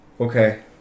Okay